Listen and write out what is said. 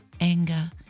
anger